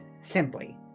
simply